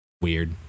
Weird